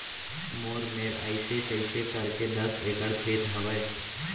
मोर मेर अइसे तइसे करके दस एकड़ खेत हवय